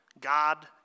God